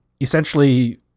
Essentially